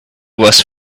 was